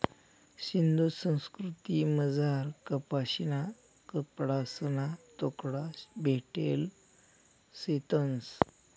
सिंधू संस्कृतीमझार कपाशीना कपडासना तुकडा भेटेल शेतंस